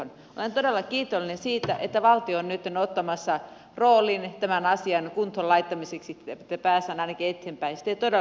minä olen todella kiitollinen siitä että valtio on nytten ottamassa roolin tämän asian kuntoonlaittamiseksi että päästään ainakin eteenpäin